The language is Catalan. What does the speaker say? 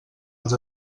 els